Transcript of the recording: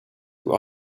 who